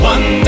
One